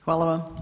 Hvala vam.